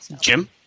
Jim